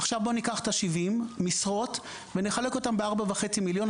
עכשיו בואו ניקח את ה-70 משרות ונחלק אותן ב-4.5 מיליון,